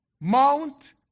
Mount